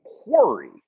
Quarry